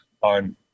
on